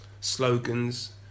slogans